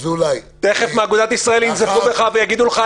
תיכף מאגודת ישראל ינזפו בך ויגידו לך,